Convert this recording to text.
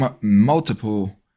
multiple